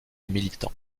militants